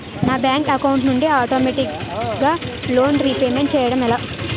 నా bank account నుండి ఆటోమేటిగ్గా లోన్ రీపేమెంట్ చేయడం ఎలా?